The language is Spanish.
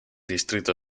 distrito